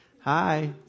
Hi